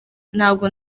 ntabwo